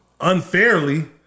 unfairly